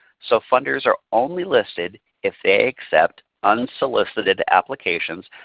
so funders are only listed if they accept unsolicited applications,